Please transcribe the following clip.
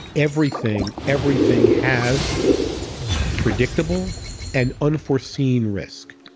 everything everything has predictable and unforeseen risk.